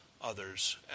others